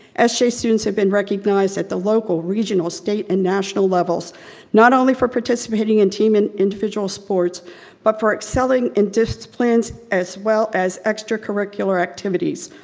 sj ah students have been recognized at the local, regional, state and national levels not only for participating in team and individual sports but for excelling in disciplines as well as extra curricular activities.